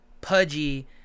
Pudgy